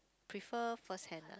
prefer firsthand lah